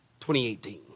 2018